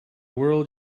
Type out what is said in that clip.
world